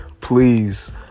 please